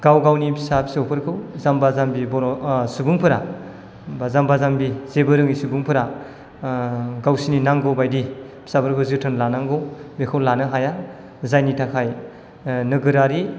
गाव गावनि फिसा फिसौफोरखौ जाम्बा जाम्बि बर' सुबुंफोरा बा जाम्बा जाम्बि जेबो रोङि सुबुंफोरा गावसोरनि नांगौ बायदि फिसाफोरखौ जोथोन लानांगौ बैखौ लानो हाया जायनि थाखाय नोगोरारि